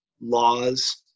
Laws